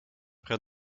près